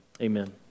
Amen